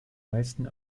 meisten